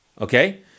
Okay